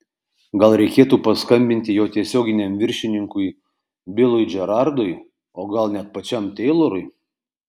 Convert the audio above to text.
gal reikėtų paskambinti jo tiesioginiam viršininkui bilui džerardui o gal net pačiam teilorui